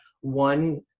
one